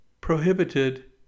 prohibited